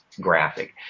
graphic